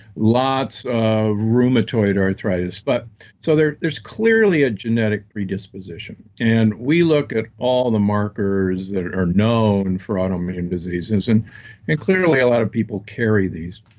lots of rheumatoid arthritis but so there is clearly a genetic predisposition. and we look at all the markers that are known for autoimmune diseases. and and clearly, a lot of people carry these.